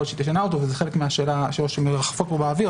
להיות שתשנה אותו וזה חלק מהשאלה שמרחפת באוויר,